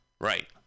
Right